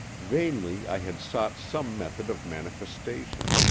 vainly i had sought some method of manifestation,